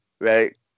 right